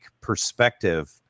perspective